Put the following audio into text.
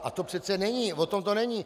A to přece není, o tom to není.